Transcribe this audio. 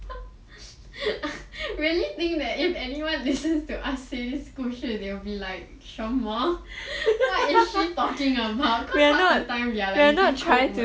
I really think that if anyone listen to us say this 故事 they will be like 什么 what is she talking about cause half the time we are like using code word